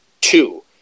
two